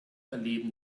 erleben